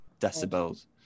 decibels